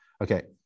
Okay